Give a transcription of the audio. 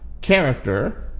character